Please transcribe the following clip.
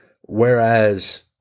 Whereas